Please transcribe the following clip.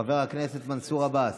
חבר הכנסת מנסור עבאס,